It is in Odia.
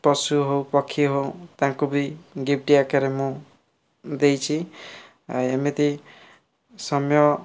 ପଶୁ ହେଉ ପକ୍ଷୀ ହେଉ ତାଙ୍କୁ ବି ଗିପ୍ଟ୍ ଆକାରରେ ମୁଁ ଦେଇଛି ଆ ଏମିତି ସମୟ